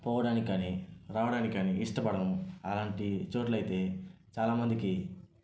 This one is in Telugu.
పోవడానికి కానీ రావడానికి కానీ ఇష్టపడం అలాంటి చోట్లయితే చాలామందికి